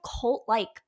cult-like